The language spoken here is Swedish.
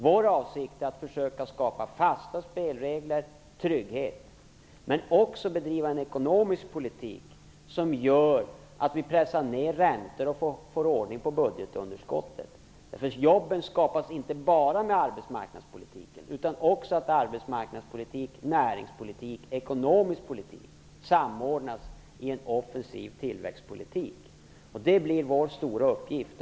Vår avsikt är att försöka skapa fasta spelregler och trygghet, men också att bedriva en ekonomisk politik som gör att vi pressar ned räntor och får ordning på budgetunderskottet. Jobben skapas inte bara med hjälp av arbetsmarknadspolitiken, utan också genom att arbetsmarknadspolitik, näringspolitik och ekonomisk politik samordnas i en offensiv tillväxtpolitik. Det blir vår stora uppgift.